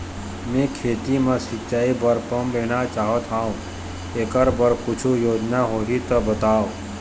मैं खेती म सिचाई बर पंप लेना चाहत हाव, एकर बर कुछू योजना होही त बताव?